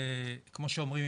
כמו שאומרים,